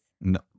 No